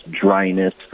dryness